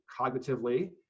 cognitively